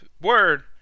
word